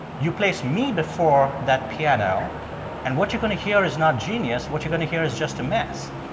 you place me before that piano and what you're going to hear is not genius. what you're going to hear is just a mess.